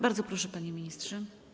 Bardzo proszę, panie ministrze.